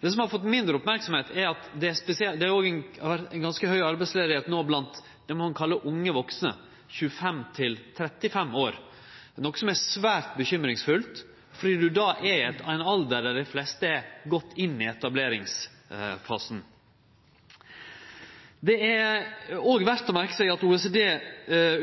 Det som har fått mindre merksemd, er at det òg har vore ei ganske høg arbeidsløyse no blant det ein kallar unge vaksne, 25–35 år, noko som er svært bekymringsfullt, fordi ein då er i ein alder då dei fleste har gått inn i etableringsfasen. Det er òg verdt å merke seg at OECD